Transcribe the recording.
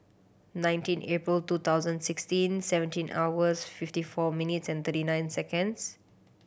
nineteen April two thousand sixteen seventeen hours fifty four minutes and thirty nine seconds